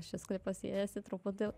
šis klipas siejasi truputį